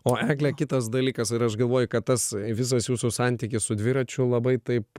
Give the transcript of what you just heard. o egle kitas dalykas ir aš galvoju kad tas visas jūsų santykis su dviračiu labai taip